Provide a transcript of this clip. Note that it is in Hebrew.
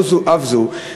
לא זו אף זו,